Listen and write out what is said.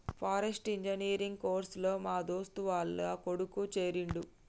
forestry engineer course లో మా దోస్తు వాళ్ల కొడుకు చేరిండు